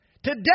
Today